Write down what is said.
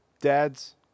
dads